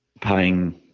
paying